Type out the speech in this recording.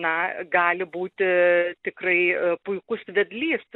na gali būti tikrai puikus vedlys